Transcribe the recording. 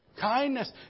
Kindness